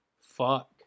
Fuck